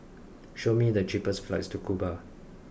show me the cheapest flights to Cuba